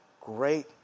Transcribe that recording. great